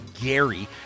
Gary